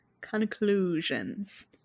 conclusions